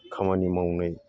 खामानि मावनाय